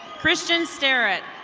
christian steret.